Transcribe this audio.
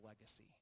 legacy